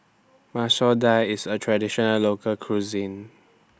Masoor Dal IS A Traditional Local Cuisine